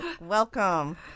Welcome